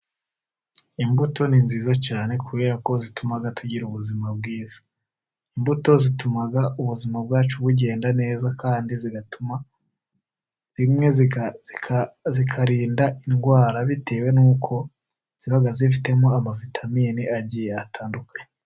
Imbuto ni nziza cyane kubera ko zituma tugira ubuzima bwiza, imbuto zituma ubuzima bwacu bugenda neza kandi zimwe zikarinda indwara, bitewe nuko ziba zifitemo amavitamine agiye atandukanye.